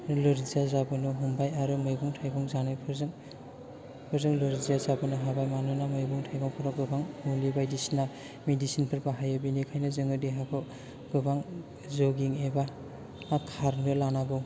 नोरजिया जाबोनो हमबाय आरो मैगं थायगं जानायफोरजों नोरजिया जाबोनो हमबाय मानोना मैगं थायगंफोराव मुलि बायदिसिना मेदिसिनफोर बाहायोे बेनिखायनो जों देहाखौ गोबां जगिं एबा खारनो लानांगौ